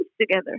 together